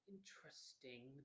interesting